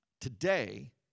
Today